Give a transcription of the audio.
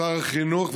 שר החינוך,